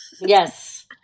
Yes